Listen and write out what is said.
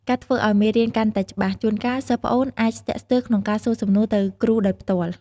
ការធ្វើឲ្យមេរៀនកាន់តែច្បាស់ ជួនកាល សិស្សប្អូនអាចស្ទាក់ស្ទើរក្នុងការសួរសំណួរទៅគ្រូដោយផ្ទាល់។